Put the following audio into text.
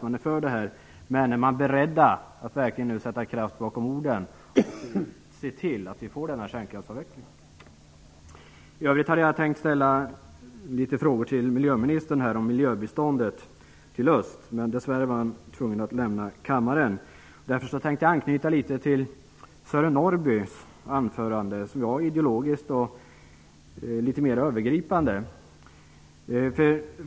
om att de är för detta. Men är de beredda att nu verkligen sätta kraft bakom orden och se till att vi får denna kärnkraftsavveckling? I övrigt hade jag tänkt ställa en del frågor till miljöministern om miljöbiståndet till öst, men dess värre var han tvungen att lämna kammaren. Därför vill jag ideologiskt och litet mer övergripande anknyta litet till Sören Norrbys anförande.